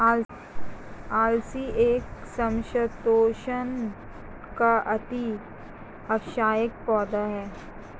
अलसी एक समशीतोष्ण का अति आवश्यक पौधा है